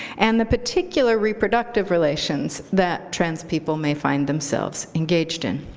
and the particular reproductive relations that trans people may find themselves engaged in.